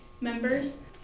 members